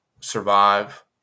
survive